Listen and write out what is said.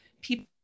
people